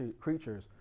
creatures